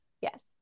yes